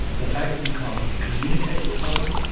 ah the fact that you can't communicate with someone,